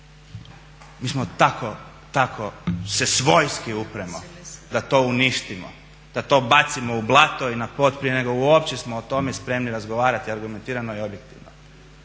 mi smo tako se svojski upremo da to uništimo, da to bacimo u blato i na pod prije nego uopće smo o tome spremni razgovarati argumentirano i objektivno.